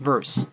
Verse